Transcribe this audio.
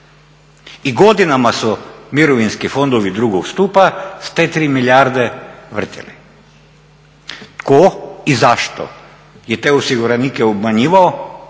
I godinama su mirovinski fondovi drugog stupa sa te tri milijarde vrtjeli. Tko i zašto je te osiguranike obmanjivao